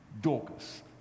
Dorcas